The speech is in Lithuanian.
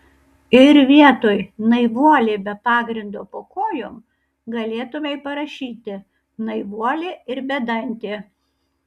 ir vietoj naivuolė be pagrindo po kojom galėtumei parašyti naivuolė ir bedantė